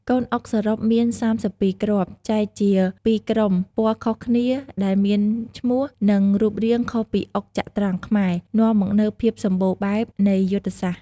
កូនអុកសរុបមាន ៣២ គ្រាប់ ចែកជាពីរក្រុម ពណ៌ខុសគ្នា ដែលមានឈ្មោះ និងរូបរាងខុសពីអុកចត្រង្គខ្មែរ នាំមកនូវភាពសម្បូរបែបនៃយុទ្ធសាស្ត្រ។